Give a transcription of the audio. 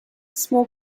small